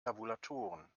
tabulatoren